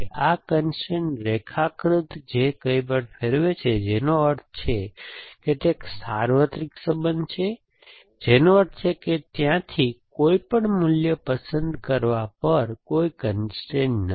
આ કન્સ્ટ્રેઇન રેખાકૃતિ જે કંઈપણ ફેરવે છે જેનો અર્થ છે કે તે એક સાર્વત્રિક સંબંધ છે જેનો અર્થ છે કે ત્યાંથી કોઈપણ મૂલ્ય પસંદ કરવા પર કોઈ કન્સ્ટ્રેઇન નથી